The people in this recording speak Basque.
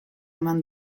eman